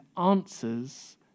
answers